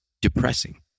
depressing